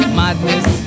madness